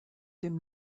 dem